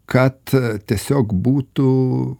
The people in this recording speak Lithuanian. kad tiesiog būtų